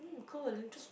mm cold just